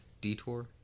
Detour